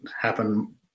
happen